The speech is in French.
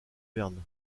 verne